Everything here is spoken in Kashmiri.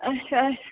اَچھا اَچھا